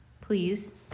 please